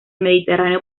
mediterráneo